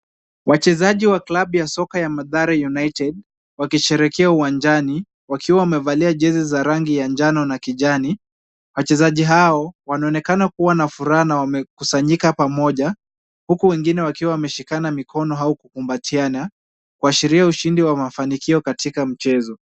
Wachezaji wa Klabu ya Soka ya Mathare United wakisherehekea uwanjani. Wakiwa wamevalia jezi za rangi ya njano na kijani. Wachezaji hao wanaonekana kuwa na furaha na wamekusanyika pamoja, huku wengine wakiwa wameshikana mikono au kukumbatiana, kuashiria ushindi wa mafanikio katika mchezo.